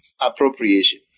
appropriation